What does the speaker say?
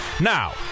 Now